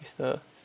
it's the